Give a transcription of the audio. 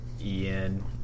Ian